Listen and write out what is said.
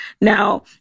Now